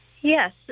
Yes